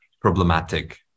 problematic